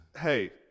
Hey